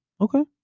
okay